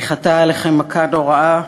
ניחתה עליכם מכה נוראה